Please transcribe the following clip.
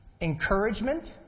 encouragement